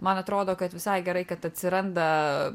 man atrodo kad visai gerai kad atsiranda